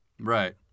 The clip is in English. Right